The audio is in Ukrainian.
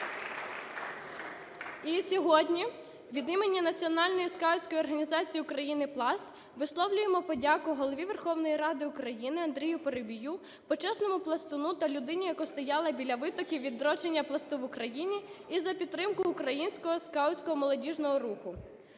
І сьогодні від імені Національної скаутської організації України "Пласт" висловлюємо подяку Голові Верховної Ради України Андрію Парубію, почесному пластуну та людині, яка стояла біля витоків відродження "Пласту" в Україні, і за підтримку українського скаутського молодіжного руху.